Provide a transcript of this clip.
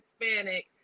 Hispanic